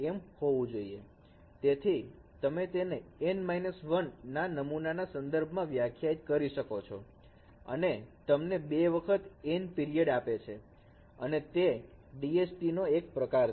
તેથી તમે તેને N 1 નમુના ના સંદર્ભમાં વ્યાખ્યાયિત કરો છો અને તમને બે વખત N પિરિયડ આપે છે અને તે DST નો જ એક પ્રકાર છે